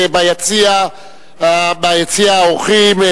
ביציע האורחים,